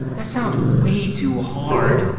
that sounds way too hard.